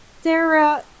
Sarah